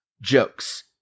jokes